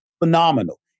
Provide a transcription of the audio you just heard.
phenomenal